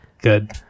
good